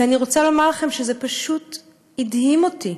ואני רוצה לומר לכם שזה פשוט הדהים אותי,